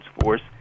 force